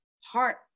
heart